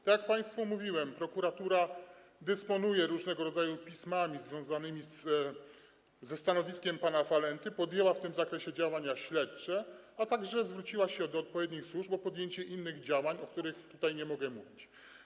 Tak jak państwu mówiłem, prokuratura dysponuje różnego rodzaju pismami związanymi ze stanowiskiem pana Falenty, podjęła w tym zakresie działania śledcze, a także zwróciła się do odpowiednich służb o podjęcie innych działań, o których tutaj nie mogę mówić.